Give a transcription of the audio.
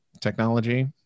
technology